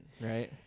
right